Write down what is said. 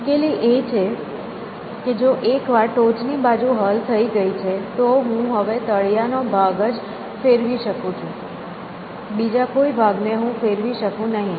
મુશ્કેલી એ છે કે જો એક વાર ટોચ ની બાજુ હલ થઇ ગઈ છે તો હું હવે તળિયાનો ભાગ જ ફેરવી શકું છું બીજા કોઈ ભાગને હું ફેરવી શકું નહીં